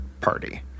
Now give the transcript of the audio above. party